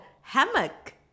Hammock